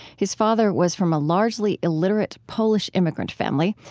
his father was from a largely illiterate polish immigrant family,